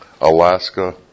Alaska